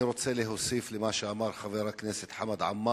אני רוצה להוסיף למה שאמר חבר הכנסת חמד עמאר,